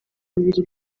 bibiri